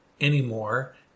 anymore